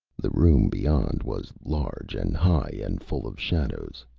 the room beyond was large and high and full of shadows.